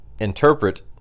interpret